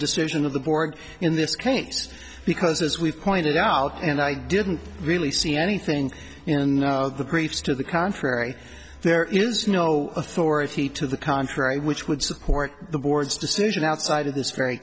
decision of the board in this case because as we've pointed out and i didn't really see anything in the briefs to the contrary there is no authority to the contrary which would support the board's decision outside of th